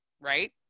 right